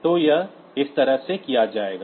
तो यह इस तरह से किया जाएगा